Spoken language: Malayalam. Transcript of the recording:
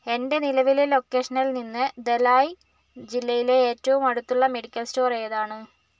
എൻ്റെ നിലവിലെ ലൊക്കേഷനിൽ നിന്ന് ധലായ് ജില്ലയിലെ ഏറ്റവും അടുത്തുള്ള മെഡിക്കൽ സ്റ്റോർ ഏതാണ്